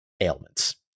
ailments